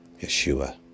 Yeshua